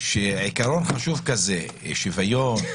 עיקרון חשוב כזה של שוויון,